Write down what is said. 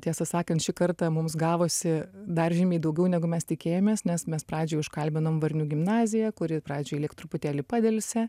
tiesą sakant šį kartą mums gavosi dar žymiai daugiau negu mes tikėjomės nes mes pradžiai užkalbinom varnių gimnaziją kuri pradžioj lyg truputėlį padelsė